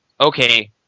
okay